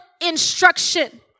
instruction